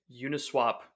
Uniswap